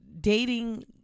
dating